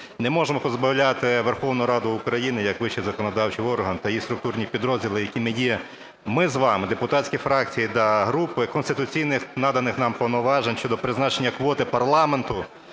не можемо позбавляти Верховну Раду України як вищий законодавчий орган та її структурні підрозділи, якими є ми з вами, депутатські фракції та групи, конституційних наданих нам повноважень щодо призначення квоти парламенту